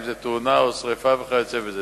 אם זה תאונה או שרפה וכיוצא בזה.